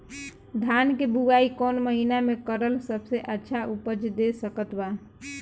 धान के बुआई कौन महीना मे करल सबसे अच्छा उपज दे सकत बा?